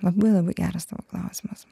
labai labai geras tavo klausimas